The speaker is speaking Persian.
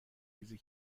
ریزی